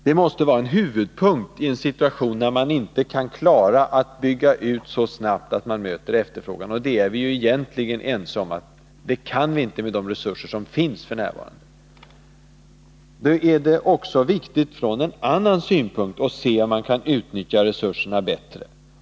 Det måste vara en huvudpunktii en situation där man inte kan klara att bygga ut så snabbt att man möter efterfrågan. Vi är ju egentligen ense om att vi inte kan det med de resurser som finns f. n. Nu är det också från en annan synpunkt viktigt att se om man kan utnyttja resurserna bättre.